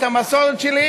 את המסורת שלי,